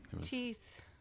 Teeth